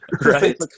Right